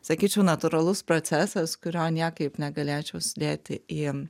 sakyčiau natūralus procesas kurio niekaip negalėčiau sudėti į